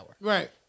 Right